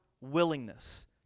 willingness